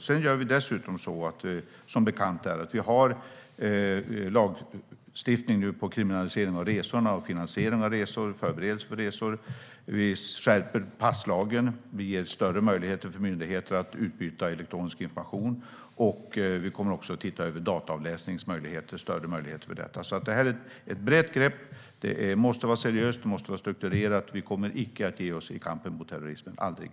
Sedan har vi, som bekant, lagstiftning för kriminalisering av resorna samt av finansiering av och förberedelse för resor. Vi skärper passlagen och ger större möjligheter för myndigheter att utbyta elektronisk information. Vi kommer också att titta över större möjligheter för dataavläsningsmöjligheter. Det är alltså ett brett grepp. Det måste vara seriöst och strukturerat. Vi kommer icke att ge oss i kampen mot terrorismen - aldrig.